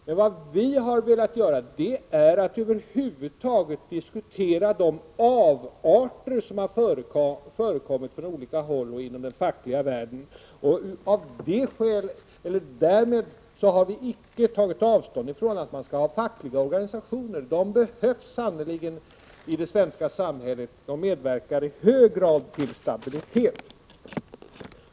Men vad vi har velat göra är att över huvud taget diskutera de avarter som förekommit på olika håll, bl.a. inom den fackliga världen. Men därmed har vi inte gjort ställningstagandet att man inte skall ha fackliga organisationer. Dessa behövs sannerligen i det svenska samhället och medverkar i hög grad till stabilitet.